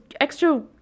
extra